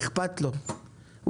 אכפת לו,